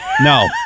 No